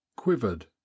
Quivered